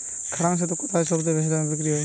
কাড়াং ছাতু কোথায় সবথেকে বেশি দামে বিক্রি হয়?